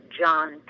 John